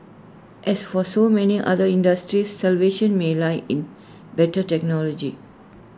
as for so many other industries salvation may lie in better technology